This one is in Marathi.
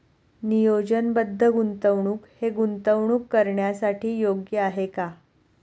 नियोजनबद्ध गुंतवणूक हे गुंतवणूक करण्यासाठी योग्य आहे का?